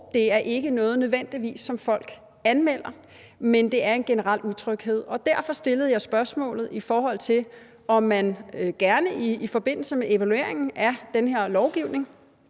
det er ikke nødvendigvis noget, som folk anmelder, men det er en generel utryghed. Derfor stillede jeg spørgsmålet, i forhold til om man, gerne i forbindelse med evalueringen af den her lovgivning,